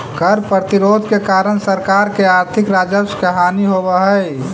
कर प्रतिरोध के कारण सरकार के आर्थिक राजस्व के हानि होवऽ हई